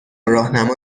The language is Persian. راهنما